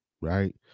right